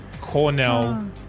Cornell